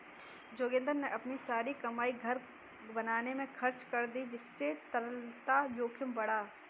जोगिंदर ने अपनी सारी कमाई घर बनाने में खर्च कर दी जिससे तरलता जोखिम बढ़ा